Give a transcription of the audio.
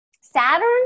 Saturn